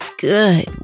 good